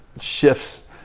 shifts